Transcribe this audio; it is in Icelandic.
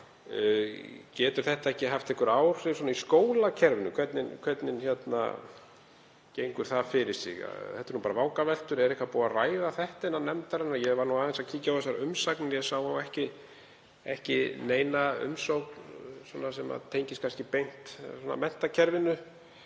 getur þetta ekki haft einhver áhrif í skólakerfinu? Hvernig gengur það fyrir sig? Þetta eru bara vangaveltur. Er eitthvað búið að ræða þetta innan nefndarinnar? Ég var aðeins að kíkja á umsagnirnar en sá ekki neina umsögn sem tengdist beint menntakerfinu.